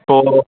पोइ